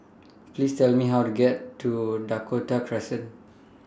Please Tell Me How to get to Dakota Crescent